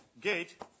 gate